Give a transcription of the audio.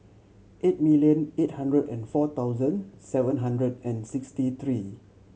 eight million eight hundred and four thousand seven hundred and sixty three